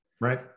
Right